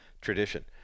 tradition